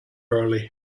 early